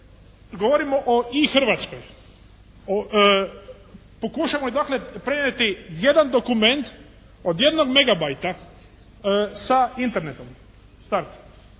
govorimo o I-Hrvatskoj. Pokušajmo dakle prenijeti jedan dokument od 1 megabajta sa Internetom